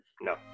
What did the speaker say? No